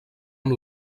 amb